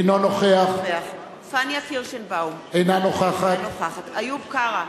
אינו נוכח פניה קירשנבאום, אינה נוכחת איוב קרא,